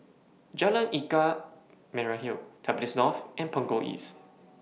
Jalan Ikan Merah Hill Tampines North and Punggol East